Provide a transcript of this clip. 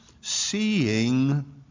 seeing